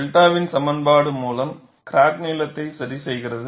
𝛅 சமன்பாடு மூலம் கிராக் நீளத்தை சரிசெய்கிறது